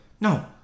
No